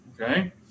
okay